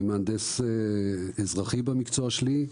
מהנדס אזרחי במקצוע שלי,